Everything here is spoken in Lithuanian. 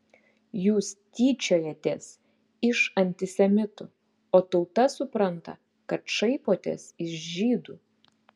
jūs tyčiojatės iš antisemitų o tauta supranta kad šaipotės iš žydų